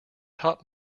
top